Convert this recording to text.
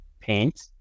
paint